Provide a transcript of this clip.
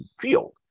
field